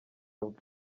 bwe